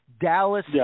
Dallas